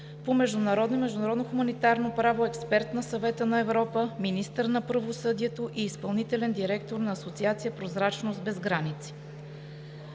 по международно и международно хуманитарно право, експерт на Съвета на Европа, министър на правосъдието и изпълнителен директор на Асоциация „Прозрачност без граници“.